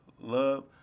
love